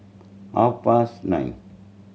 half past nine